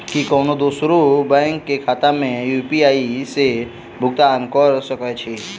की कोनो दोसरो बैंक कऽ खाता मे यु.पी.आई सऽ भुगतान कऽ सकय छी?